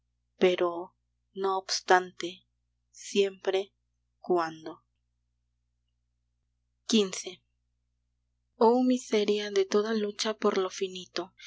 pero no obstante siempre cuando xv oh miseria de toda lucha por lo finito